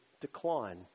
decline